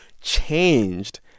changed